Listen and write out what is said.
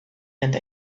and